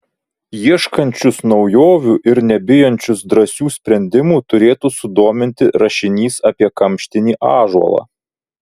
ieškančius naujovių ir nebijančius drąsių sprendimų turėtų sudominti rašinys apie kamštinį ąžuolą